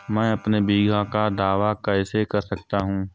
मैं अपने बीमा का दावा कैसे कर सकता हूँ?